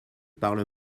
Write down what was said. parle